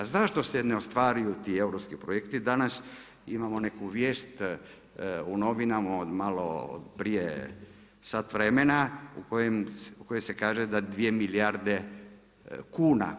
Zašto se ne ostvaruju ti europski projekti danas, imamo neku vijest u novinama, od malo prije sat vremena kojem se kaže da 2 milijarde kuna.